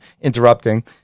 interrupting